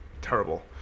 terrible